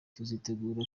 tuzitegura